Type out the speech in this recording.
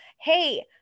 hey